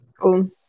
Cool